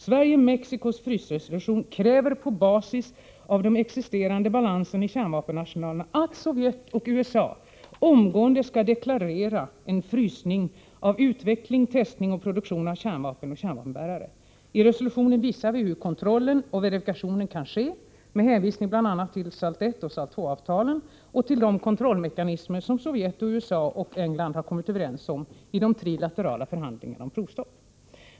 Sverige-Mexikos frysresolution kräver, på basis av den existerande balansen i kärnvapenarsenalerna, att Sovjet och USA omgående skall deklarera en frysning vad gäller utveckling, testning och produktion av kärnvapen och kärnvapenbärare. I resolutionen visar vi hur kontrollen och verifikationen kan ske med hänvisning till bl.a. SALT I och SALT II-avtalen och till de kontrollmekanismer som Sovjet, USA och England har kommit överens om i de trilaterala förhandlingarna om provstopp.